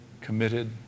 committed